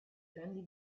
grandi